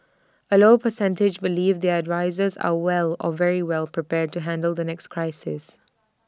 A low percentage believe their advisers are well or very well prepared to handle the next crisis